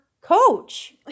coach